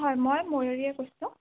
হয় মই ময়ুৰীয়ে কৈছোঁ